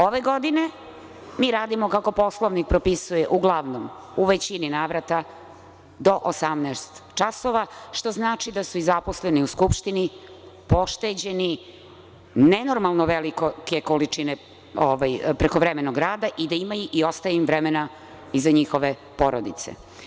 Ove godine mi radimo kako Poslovnik propisuje, uglavnom, u većini navrata do 18.00 časova, što znači da su i zaposleni u Skupštini pošteđeni nenormalno velike količine prekovremenog rada i da ima i ostaje im vremena i za njihove porodice.